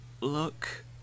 look